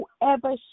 Whoever